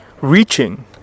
reaching